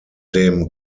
dem